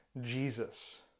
Jesus